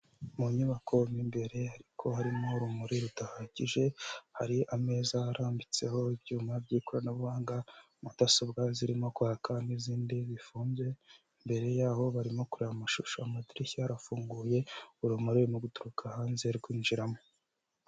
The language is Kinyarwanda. Mu nyubako mo imbere ariko harimo urumuri rudahagije, hari ameza arambitseho ibyuma by'ikoranabuhanga, mudasobwa zirimo kwaka n'izindi bifunze imbere yaho barimo kureba amashusho, amadirishya afunguye urumuri mu guturuka hanze rurimo kwinjiramo.